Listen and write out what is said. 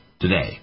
today